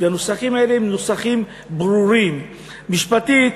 והנוסחים האלה הם נוסחים ברורים משפטית,